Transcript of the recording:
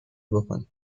بکنید